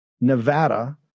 Nevada